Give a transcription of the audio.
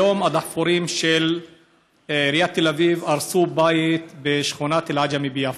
היום הדחפורים של עיריית תל אביב הרסו בית בשכונת אל-עג'מי ביפו.